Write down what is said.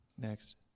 next